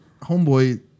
homeboy